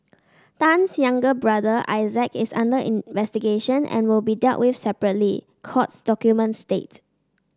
Tan's younger brother Isaac is under investigation and will be dealt with separately courts documents state